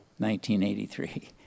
1983